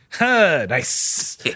Nice